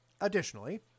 additionally